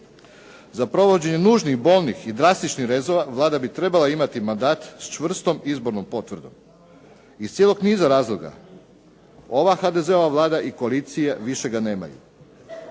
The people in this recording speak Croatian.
Za provođenje nužnih, bolnih i drastičnih rezova Vlada bi trebala imati mandat s čvrstom izbornom potvrdom. Iz cijelog niza razloga ova HDZ-ova Vlada i koalicija više ga nemaju.